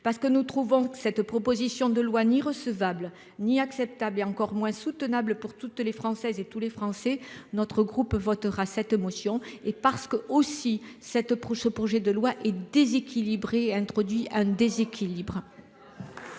Parce que nous trouvons cette proposition de loi ni recevable ni acceptable et encore moins soutenable pour toutes les Françaises et tous les Français, notre groupe votera cette motion et parce que aussi cette proche ce projet de loi est déséquilibré introduit un déséquilibre.